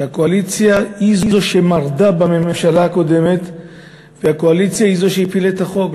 שהקואליציה היא שמרדה בממשלה הקודמת והקואליציה היא שהפילה את החוק,